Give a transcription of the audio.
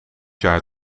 jaar